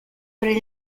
per